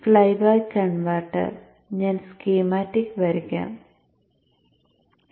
flyback converter ഞാൻ schematic വരയ്ക്കട്ടെ